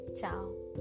ciao